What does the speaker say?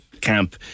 camp